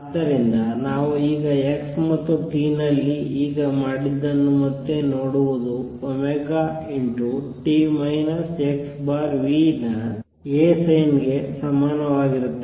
ಆದ್ದರಿಂದ ನಾವು ಈಗ x ಮತ್ತು t ನಲ್ಲಿ ಈಗ ಮಾಡಿದ್ದನ್ನು ಮತ್ತೆ ನೋಡುವುದು ω t x vನ A sin ಗೆ ಸಮಾನವಾಗಿರುತ್ತದೆ